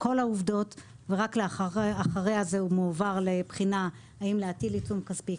כל העובדות ורק לאחריה זה מועבר לבחינה האם להטיל עיצום כספי,